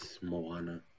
Moana